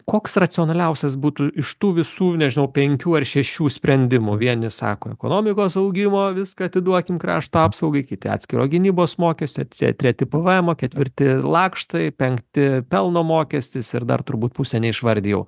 koks racionaliausias būtų iš tų visų nežinau penkių ar šešių sprendimų vieni sako ekonomikos augimo viską atiduokim krašto apsaugai kiti atskiro gynybos mokesčio čia treti pvmo ketvirti lakštai penkti pelno mokestis ir dar turbūt pusė neišvardijau